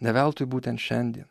ne veltui būtent šiandien